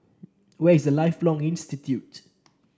where is Lifelong Learning Institute